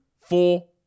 four